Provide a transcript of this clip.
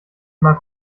mag